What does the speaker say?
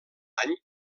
any